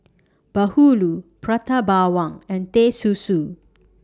Bahulu Prata Bawang and Teh Susu